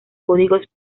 códigos